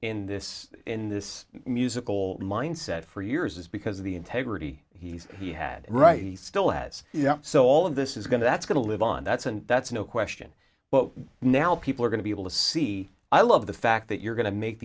in this in this musical mindset for years because of the integrity he's he had right he still has yeah so all of this is going to that's going to live on that's and that's no question but now people are going to be able to see i love the fact that you're going to make